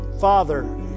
Father